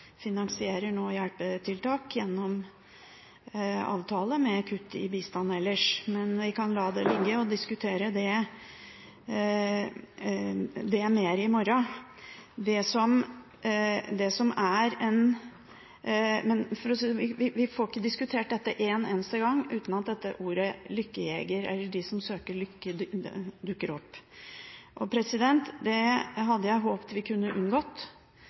finansierer hjelpetiltak gjennom avtale, med kutt i bistanden ellers. Men vi kan la det ligge og diskutere det mer i morgen. Vi får ikke diskutert dette en eneste gang uten at ordet «lykkejeger» eller «de som søker lykken» dukker opp. Det hadde jeg håpet vi kunne unngått.